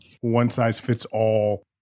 one-size-fits-all